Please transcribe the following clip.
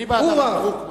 אני בעד הרב דרוקמן.